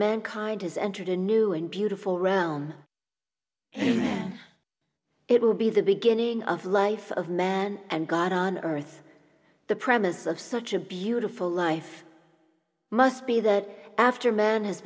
mankind has entered a new and beautiful round and it will be the beginning of life of man and god on earth the premise of such a beautiful life must be that after man has